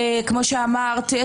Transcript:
כפי שאמרת,